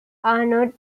are